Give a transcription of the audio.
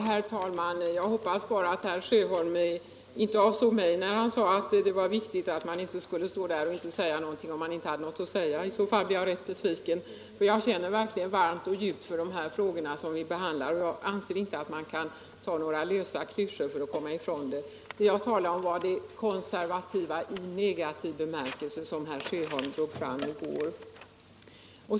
Herr talman! Jag hoppas att herr Sjöholm inte avsåg mig när han sade att man inte skulle stå och prata i talarstolen om man inte hade någonting att säga. Annars blir jag mycket besviken, för jag känner verkligen varmt och djupt för de frågor vi nu behandlar. Jag anser inte att man kan komma ifrån dessa problem genom klyschor. Vad jag talade om var det konservativa i negativ bemärkelse, som herr Sjöholm drog fram i går.